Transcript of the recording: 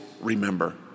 remember